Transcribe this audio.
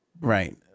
Right